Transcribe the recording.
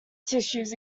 tissues